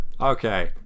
Okay